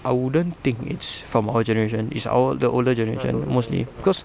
I wouldn't think it's from our generation it's all the older generation mostly because